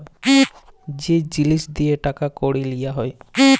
যে জিলিস দিঁয়ে টাকা কড়ি লিয়া হ্যয়